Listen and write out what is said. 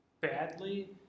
badly